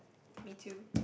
me too